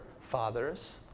fathers